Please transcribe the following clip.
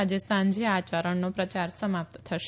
આજે સાંજે આ ચરણનો પ્રચાર સમાપ્ત થશે